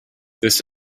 this